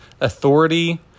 authority